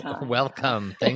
Welcome